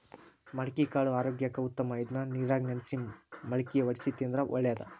ಮಡಿಕಿಕಾಳು ಆರೋಗ್ಯಕ್ಕ ಉತ್ತಮ ಇದ್ನಾ ನೇರಾಗ ನೆನ್ಸಿ ಮಳ್ಕಿ ವಡ್ಸಿ ತಿಂದ್ರ ಒಳ್ಳೇದ